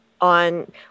on